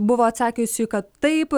buvo atsakiusių kad taip